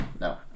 No